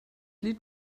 lied